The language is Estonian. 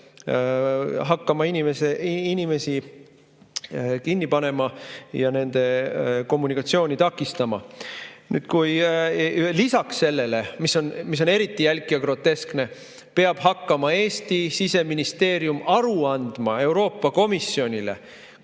hakkama inimesi kinni panema ja nende kommunikatsiooni takistama. Lisaks sellele, mis on eriti jälk ja groteskne, peab hakkama Eesti Siseministeerium aru andma Euroopa Komisjonile,